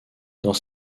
dans